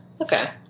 Okay